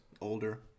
older